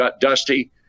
Dusty